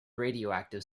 radioactive